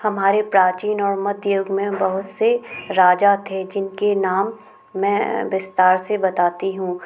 हमारे प्राचीन और मध्य युग में बहुत से राजा थे जिनके नाम मैं विस्तार से बताती हूँ